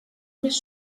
més